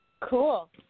Cool